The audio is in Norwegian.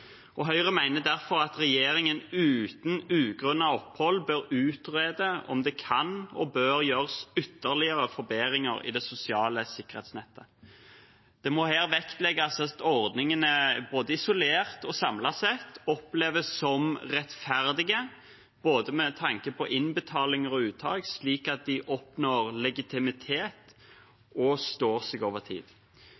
Høyre mener derfor at regjeringen uten ugrunnet opphold bør utrede om det kan og bør gjøres ytterligere forbedringer i det sosiale sikkerhetsnettet. Det må her vektlegges at ordningene både isolert og samlet sett oppleves som rettferdige, med tanke på både innbetalinger og uttak, slik at de oppnår legitimitet